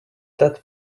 that